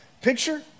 picture